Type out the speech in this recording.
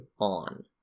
on